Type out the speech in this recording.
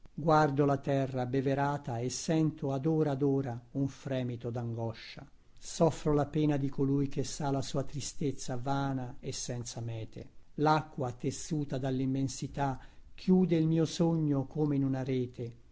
guardo la terra abbeverata e sento ad ora ad ora un fremito dangoscia soffro la pena di colui che sa la sua tristezza vana e senza mete lacqua tessuta dallimmensità chiude il mio sogno come in una rete